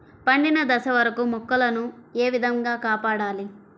పండిన దశ వరకు మొక్కల ను ఏ విధంగా కాపాడాలి?